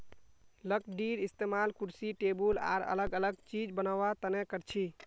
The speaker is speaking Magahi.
लकडीर इस्तेमाल कुर्सी टेबुल आर अलग अलग चिज बनावा तने करछी